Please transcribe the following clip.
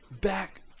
Back